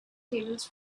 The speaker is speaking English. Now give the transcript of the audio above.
tables